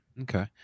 okay